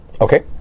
Okay